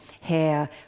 hair